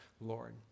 Lord